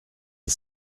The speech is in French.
est